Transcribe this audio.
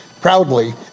Proudly